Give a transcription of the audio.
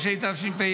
-- לשנת הכספים 2024 (מס' 3),